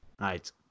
Right